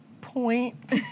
point